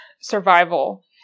survival